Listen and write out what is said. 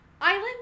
island